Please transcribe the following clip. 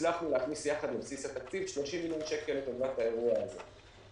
הצלחנו להכניס יחד לבסיס התקציב 30 מיליון שקל לטובת האירוע הזה.